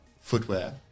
footwear